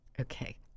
Okay